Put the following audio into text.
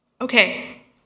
Okay